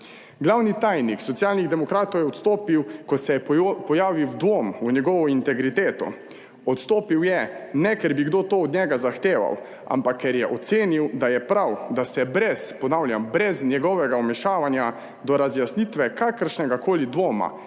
Glavni tajnik Socialnih demokratov je odstopil, ko se je pojavil dvom v njegovo integriteto. Odstopil je, ne ker bi kdo to od njega zahteval, ampak ker je ocenil, da je prav, da se brez, ponavljam, brez njegovega vmešavanja, do razjasnitve kakršnegakoli dvoma